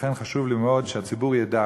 לכן חשוב לי מאוד שהציבור ידע